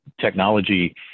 technology